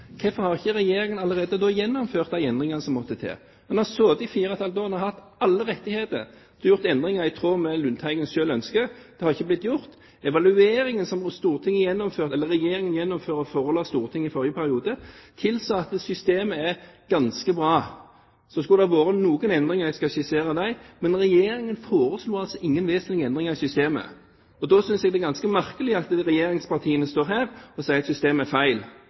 hvorfor har ikke da Regjeringen allerede gjennomført de endringene som måtte til? Man har sittet i fire og et halvt år, og man har hatt alle rettigheter til å kunne gjøre endringer i tråd med det Lundteigen selv ønsker. Det har ikke blitt gjort. Evalueringen som Regjeringen gjennomførte og forela Stortinget i forrige periode, tilsa at systemet er ganske bra. Så skulle det ha vært gjort noen endringer – jeg skal ikke skissere dem – men Regjeringen foreslo altså ingen vesentlige endringer i systemet. Da synes jeg det er ganske merkelig at regjeringspartiene står her og sier at systemet er feil.